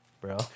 bro